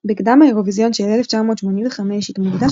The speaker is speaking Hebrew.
בקדם האירוויזיון של 1985 התמודדה